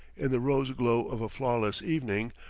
in the rose glow of a flawless evening,